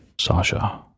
Sasha